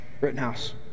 Rittenhouse